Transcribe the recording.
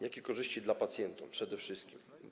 Jakie korzyści dla pacjentów przede wszystkim?